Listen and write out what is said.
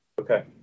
Okay